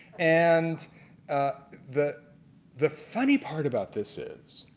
and the the funny part about this is